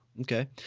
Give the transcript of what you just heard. Okay